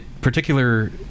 particular